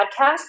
podcast